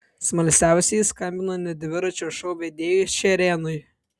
smalsiausieji skambino net dviračio šou vedėjui šerėnui